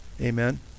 Amen